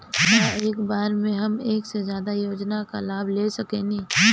का एक बार में हम एक से ज्यादा योजना का लाभ ले सकेनी?